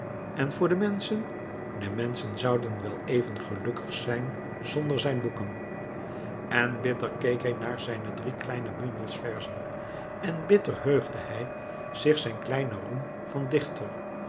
en voor de menschen de menschen zouden wel even gelukkig zijn zonder zijn boeken en bitter keek hij naar zijne drie kleine bundels verzen en bitter heugde hij zich zijn kleinen roem van dichter